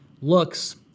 looks